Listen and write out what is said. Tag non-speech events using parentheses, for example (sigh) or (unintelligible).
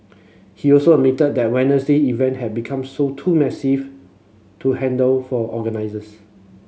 he also admitted that (unintelligible) event had become so too massive to handle for organisers